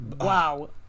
Wow